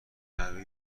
نوه